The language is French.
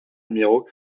numéro